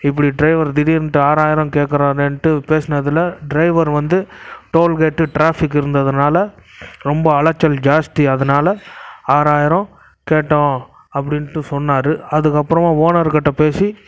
இப்படி டிரைவர் திடீன்ட்டு ஆறாயிரோ கேட்கறாரேன்ட்டு பேசுனதில் டிரைவர் வந்து டோல்கேட்டு டிராபிக் இருந்ததுனால் ரொம்ப அலைச்சல் ஜாஸ்தி அதனால் ஆறாயிரம் கேட்டோம் அப்படின்ட்டு சொன்னார் அதுக்கப்பபுறம் ஓனர் கிட்ட பேசி